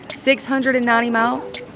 six-hundred and ninety miles?